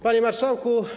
Panie Marszałku!